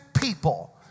people